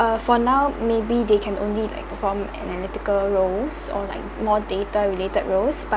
uh for now maybe they can only like perform analytical roles or like more data related roles